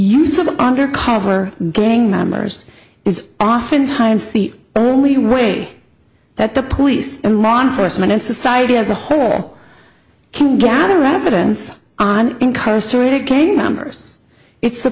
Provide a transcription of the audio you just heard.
use of undercover gang members is oftentimes the only way that the police and law enforcement and society as a whole can gather ramadans on incarcerated gang members it's